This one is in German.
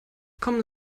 kommen